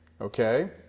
Okay